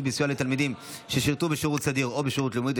בסיוע לתלמידים ששירתו בשירות סדיר או בשירות מילואים),